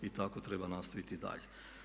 Tako treba nastaviti i dalje.